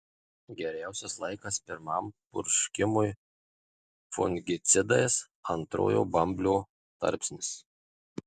geriausias laikas pirmam purškimui fungicidais antrojo bamblio tarpsnis